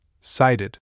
cited